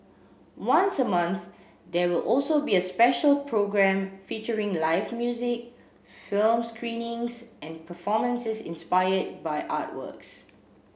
once a month there will also be a special programme featuring live music film screenings and performances inspired by artworks